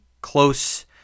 close—